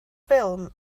ffilm